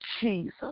Jesus